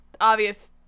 obvious